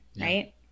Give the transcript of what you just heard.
right